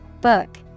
book